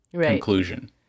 conclusion